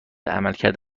عملکرد